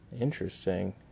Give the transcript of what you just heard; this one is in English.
Interesting